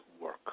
work